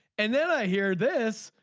and then i hear this.